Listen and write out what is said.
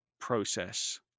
process